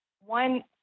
one